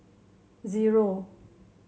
zero